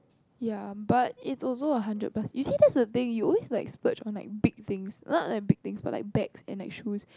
ya but it's also a hundred plus you see that's the thing you always like splurge on like big things not like big things but like bags and like shoes